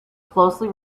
closely